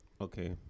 Okay